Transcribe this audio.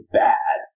bad